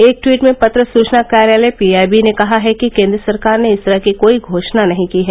एक ट्वीट में पत्र सूचना कार्यालय पीआईबी ने कहा है कि केन्द्र सरकार ने इस तरह की कोई घोषणा नहीं की है